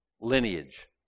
lineage